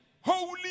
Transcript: Holy